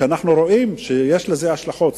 ואנחנו רואים שיש לזה השלכות,